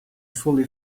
fully